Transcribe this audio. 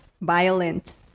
violent